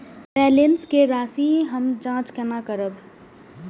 Balance के राशि हम जाँच केना करब?